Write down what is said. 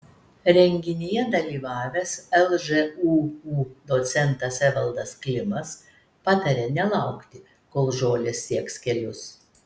renginyje dalyvavęs lžūu docentas evaldas klimas patarė nelaukti kol žolės sieks kelius